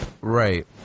Right